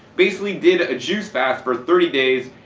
basically did a juice fast for thirty days,